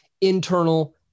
internal